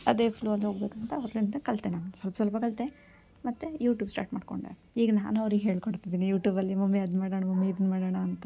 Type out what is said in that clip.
ಅದೇ ಫ್ಲೋ ಅಲ್ಲಿ ಹೋಗಬೇಕಂತ ಅವರಿಂದ ಕಲಿತೆ ನಾನು ಸಲ್ಪ ಸ್ವಲ್ಪ ಕಲಿತೆ ಮತ್ತು ಯೂಟೂಬ್ ಸ್ಟಾಟ್ ಮಾಡಿಕೊಂಡೆ ಈಗ ನಾನು ಅವ್ರಿಗೆ ಹೇಳ್ಕೊಡ್ತಿದ್ದೀನಿ ಯೂಟೂಬಲ್ಲಿ ಮಮ್ಮಿ ಅದು ಮಾಡಣ ಮಮ್ಮಿ ಇದನ್ನು ಮಾಡೋಣ ಅಂತ